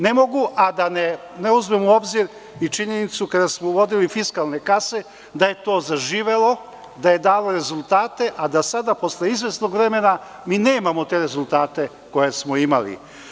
Ne mogu, a da ne uzmem u obzir činjenicu, kada smo uvodili fiskalne kase, da je to zaživelo, da je dalo rezultate, a da sada posle izvesnog vremena nemamo te rezultate koje smo imali.